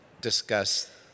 discuss